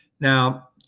Now